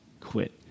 quit